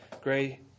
Gray